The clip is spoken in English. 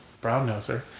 brown-noser